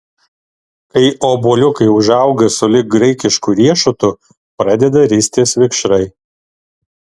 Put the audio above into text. kai obuoliukai užauga sulig graikišku riešutu pradeda ristis vikšrai